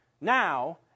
now